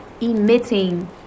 emitting